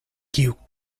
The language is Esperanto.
kiu